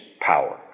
power